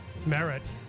merit